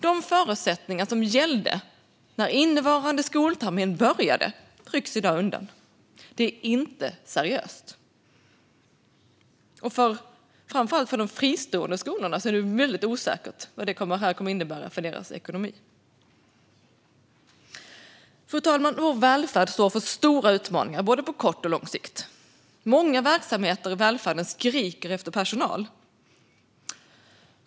De förutsättningar som gällde när innevarande skoltermin började rycks i dag undan. Det är inte seriöst. Framför allt för de fristående skolorna är det väldigt osäkert vad detta kommer att innebära för deras ekonomi. Fru talman! Vår välfärd står inför stora utmaningar på både kort och lång sikt. Många verksamheter i välfärden skriker efter personal.